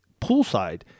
poolside